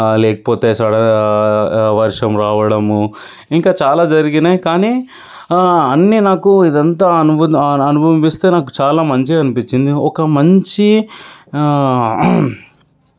లేకపోతే సడ వర్షం రావడము ఇంకా చాలా జరిగినాయి కానీ అన్నీ నాకు ఇదంతా అనుభ అనుభవిస్తే నాకు చాలా మంచిగా అనిపించింది ఒక మంచి